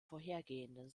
vorhergehenden